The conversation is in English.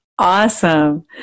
Awesome